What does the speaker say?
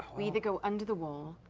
we either go under the wall.